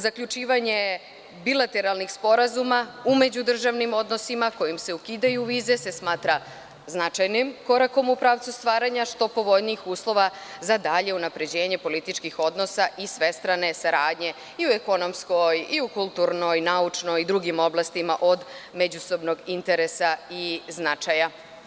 Zaključivanje bilateralnih sporazuma u međudržavnim odnosima kojim se ukidaju vize se smatra značajnim korakom u pravcu stvaranja što povoljnijih uslova za dalje unapređenje političkih odnosa i svestrane saradnje i u ekonomskoj, kulturnoj, naučnoj i drugim oblastima od međusobnog interesa i značaja.